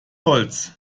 holz